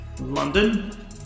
London